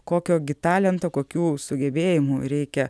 kokio gi talento kokių sugebėjimų reikia